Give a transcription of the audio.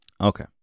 okay